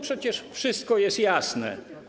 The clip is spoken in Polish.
Przecież wszystko jest jasne.